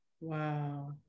Wow